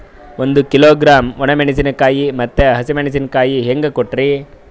ಒಂದ ಕಿಲೋಗ್ರಾಂ, ಒಣ ಮೇಣಶೀಕಾಯಿ ಮತ್ತ ಹಸಿ ಮೇಣಶೀಕಾಯಿ ಹೆಂಗ ಕೊಟ್ರಿ?